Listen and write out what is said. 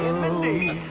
and mindy,